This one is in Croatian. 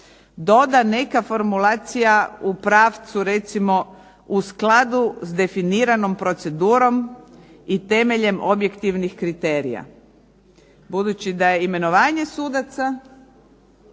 doda neka formulacija u pravcu recimo u skladu s definiranom procedurom i temeljem objektivnih kriterija. Budući da je imenovanje sudaca